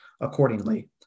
accordingly